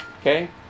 Okay